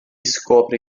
scopre